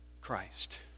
Christ